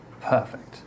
perfect